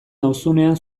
nauzunean